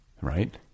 right